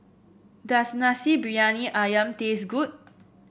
does Nasi Briyani ayam taste good